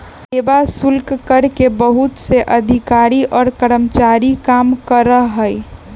सेवा शुल्क कर में बहुत से अधिकारी और कर्मचारी काम करा हई